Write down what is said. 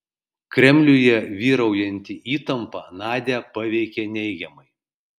kremliuje vyraujanti įtampa nadią paveikė neigiamai